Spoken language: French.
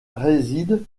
réside